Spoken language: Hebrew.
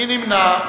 מי נמנע.